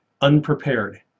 unprepared